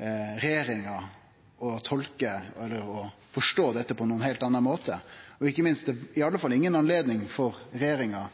regjeringa til å tolke eller forstå dette på ein heilt annan måte, og ikkje minst er det i alle fall ikkje noka anledning for regjeringa